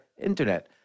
internet